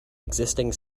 existing